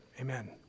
Amen